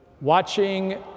watching